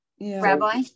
Rabbi